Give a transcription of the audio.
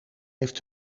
heeft